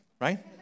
right